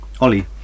Ollie